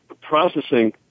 processing